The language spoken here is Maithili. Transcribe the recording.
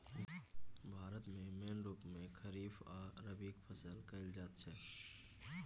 भारत मे मेन रुप मे खरीफ आ रबीक फसल कएल जाइत छै